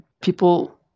people